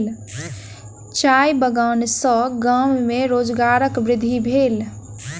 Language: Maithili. चाय बगान सॅ गाम में रोजगारक वृद्धि भेल